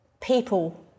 people